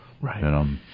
right